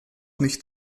nicht